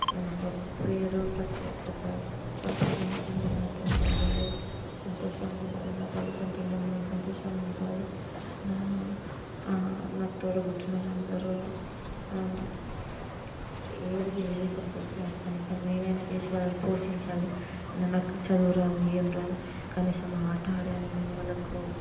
ఏదైనా ఒక పేరు ప్రత్యేకత సంపాదించాలని నా తల్లిదండ్రులు సంతోషంగా ఉండాలి నా తల్లిదండ్రులను సంతోషంగా ఉంచాలి నా నా తోడబుట్టిన వాళ్ళందరు ఏమీ చేయలేకపోతున్నారు కనీసం నేనైనా చేసి వాళ్ళని పోషించాలి నాకు చదువు రాదు ఏమీ రాదు కనీసం ఆట ఆడి అయిన నేను వాళ్ళకు